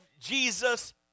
Jesus